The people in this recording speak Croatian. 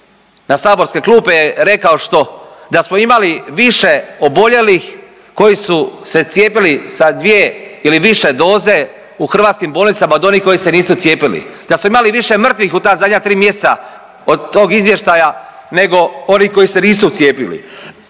na saborske klupe je rekao što, da smo imali više oboljelih koji su se cijepili sa dvije ili više doze u hrvatskim bolnicama od onih koji se nisu cijepili, da smo imali više mrtvih u ta zadnja 3 mjeseca od tog izvještaja nego oni koji se nisu cijepili.